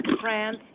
France